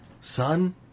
Son